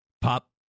Pop